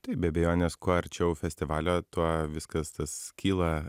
tai be abejonės kuo arčiau festivalio tuo viskas tas kyla